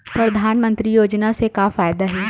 परधानमंतरी योजना से का फ़ायदा हे?